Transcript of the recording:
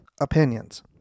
opinions